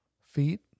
feet